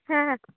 ᱦᱮᱸ ᱦᱮᱸ